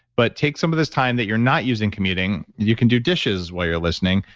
but take some of this time that you're not using commuting. you can do dishes while you're listening,